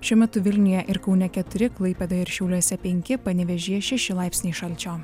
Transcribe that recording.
šiuo metu vilniuje ir kaune keturi klaipėdoje ir šiauliuose penki panevėžyje šeši laipsniai šalčio